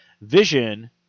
Vision